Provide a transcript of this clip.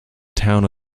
town